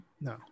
No